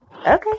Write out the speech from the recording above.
Okay